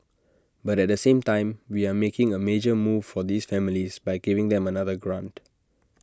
but at the same time we are making A major move for these families by giving them another grant